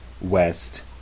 West